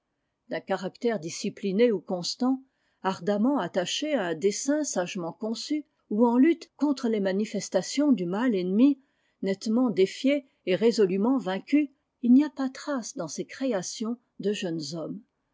d'un caractère discipliné ou constant ardemment attaché à un dessein sagement conçu ou en lutte contre les manifestations du mal ennemi nettement défié et résolument vaincu il n'y a pas trace dans ses créations déjeunes hommes